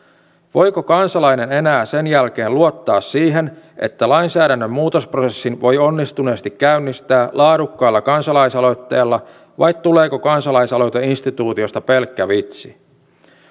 voiko kansalainen enää sen jälkeen luottaa siihen että lainsäädännön muutosprosessin voi onnistuneesti käynnistää laadukkaalla kansalaisaloitteella vai tuleeko kansalaisaloiteinstituutiosta pelkkä vitsi